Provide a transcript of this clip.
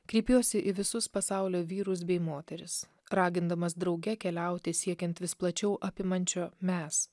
kreipiuosi į visus pasaulio vyrus bei moteris ragindamas drauge keliauti siekiant vis plačiau apimančio mes